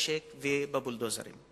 בנשק ובבולדוזרים,